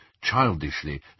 childishly